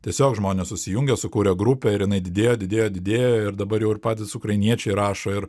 tiesiog žmonės susijungė sukūrė grupę ir jinai didėjo didėjo didėjo ir dabar jau ir patys ukrainiečiai rašo ir